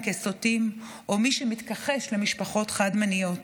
"סוטים" או את מי שמתכחש למשפחות חד-מיניות.